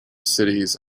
cities